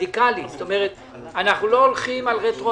לכן אני חושב שאפשר היה להודיע לאנשים על זכויותיהם